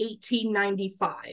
1895